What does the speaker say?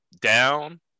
down